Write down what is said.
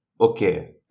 Okay